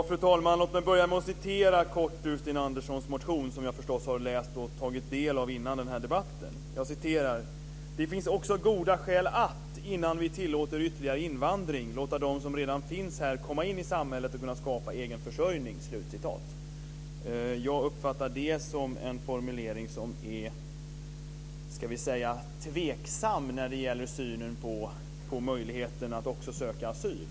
Fru talman! Låt mig börja med att citera helt kort ur Sten Anderssons motion, som jag förstås har läst och tagit del av innan den här debatten: "Det finns också goda skäl att, innan vi tillåter ytterligare invandring, låta dem som redan finns här komma in i samhället och kunna skapa egen försörjning." Jag uppfattar det som en formulering som är ska vi säga tveksam när det gäller synen på möjligheten att också söka asyl.